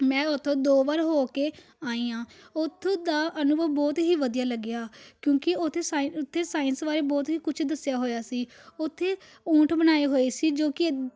ਮੈਂ ਉੱਥੋਂ ਦੋ ਵਾਰ ਹੋ ਕੇ ਆਈ ਹਾਂ ਉੱਥੋਂ ਦਾ ਅਨੁਭਵ ਬਹੁਤ ਹੀ ਵਧੀਆ ਲੱਗਿਆ ਕਿਉਂਕਿ ਉੱਥੇ ਸਾ ਉੱਥੇ ਸਾਇੰਸ ਬਾਰੇ ਬਹੁਤ ਹੀ ਕੁਛ ਦੱਸਿਆ ਹੋਇਆ ਸੀ ਉੱਥੇ ਊਠ ਬਣਾਏ ਹੋਏ ਸੀ ਜੋ ਕਿ